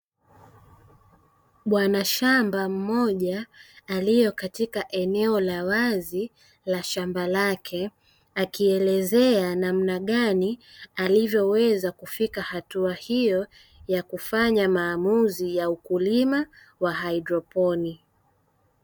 Bwana shamba mmoja aliye katika eneo la wazi la shamba lake, akielezea namna gani alivyoweza kufika hatua hiyo ya kufanya maamuzi ya ukulima wa haidroponi.